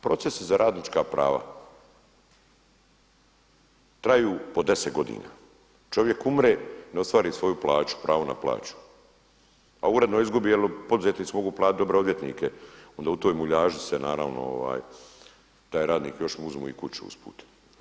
Proces za radnička prava, traju po 10 godina, čovjek umre, ne ostvari svoju plaću, pravo na plaću a uredno izgubi jer poduzetnici mogu platiti dobre odvjetnike, onda u toj muljaži se naravno taj radnik još mu uzmu i kuću usput.